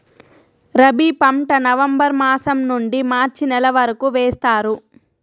రబీ పంట నవంబర్ మాసం నుండీ మార్చి నెల వరకు వేస్తారు